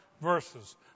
verses